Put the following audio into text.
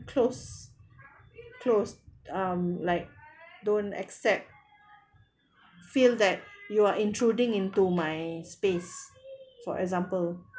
close close um like don't accept feel that you are intruding into my space for example